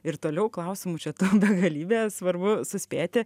ir toliau klausimų čia tau begalybė svarbu suspėti